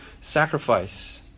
sacrifice